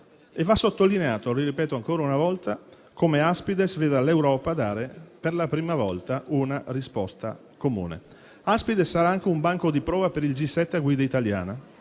Va sottolineato - lo ripeto ancora una volta - come Aspides veda l'Europa dare per la prima volta una risposta comune. Aspides sarà anche un banco di prova per il G7 a guida italiana,